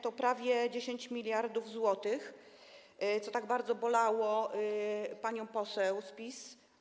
To prawie 10 mld zł, co tak bardzo bolało panią poseł z PiS.